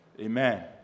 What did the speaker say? Amen